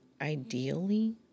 ideally